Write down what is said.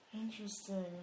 Interesting